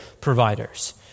providers